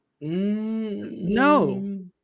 No